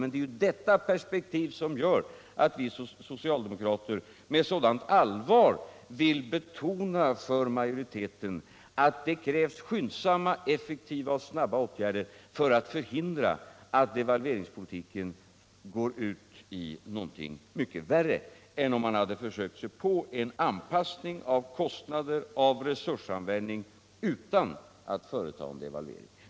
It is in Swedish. Men det är detta perspektiv som gör att vi socialdemokrater med sådant allvar vill betona för majoriteten att det krävs skyndsamma, effektiva och snabba åtgärder för att förhindra att devalveringspolitiken går ut i någonting mycket värre än om man hade försökt sig på en anpassning av kostnader och resursanvändning utan att företa en devalvering.